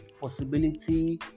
possibility